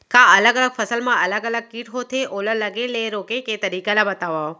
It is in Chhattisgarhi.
का अलग अलग फसल मा अलग अलग किट होथे, ओला लगे ले रोके के तरीका ला बतावव?